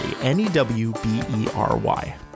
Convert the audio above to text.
N-E-W-B-E-R-Y